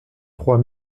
trois